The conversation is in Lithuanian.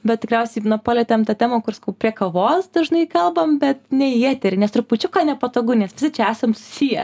bet tikriausiai na palietėm tą temą kur sakau prie kavos dažnai kalbam bet ne į eterį nes trupučiuką nepatogu nes čia esam susiję